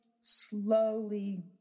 slowly